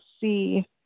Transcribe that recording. see